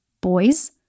boys